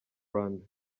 rwanda